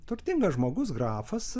turtingas žmogus grafas